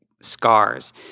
scars